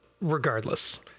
regardless